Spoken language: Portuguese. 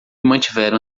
mantiveram